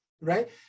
right